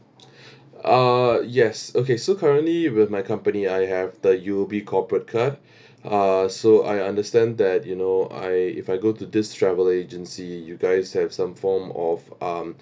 uh yes okay so currently with my company I have the U_O_B corporate card uh so I understand that you know I if I go to this travel agency you guys have some form of um